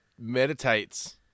Meditates